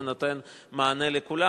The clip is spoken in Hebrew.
זה נותן מענה לכולם,